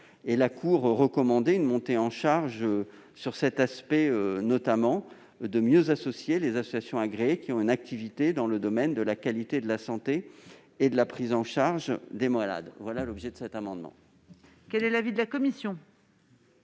La Cour recommandait une montée en charge, s'agissant notamment de mieux associer les associations agréées qui ont une activité dans le domaine de la qualité de la santé et de la prise en charge des malades. Quel est l'avis de la commission ?